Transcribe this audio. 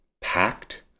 packed